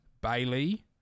Bailey